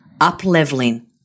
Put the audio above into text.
up-leveling